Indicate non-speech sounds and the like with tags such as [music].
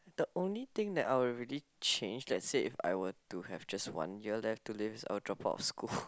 the only thing that I would really change let's say if I were to have just one year left to live I would drop out of school [noise]